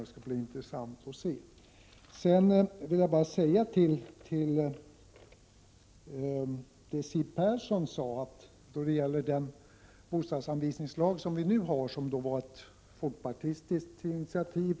Det skall bli intressant att se. Den bostadsanvisningslag som vi nu har var, för att använda Siw Perssons ord, ett folkpartistiskt initiativ.